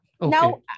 Now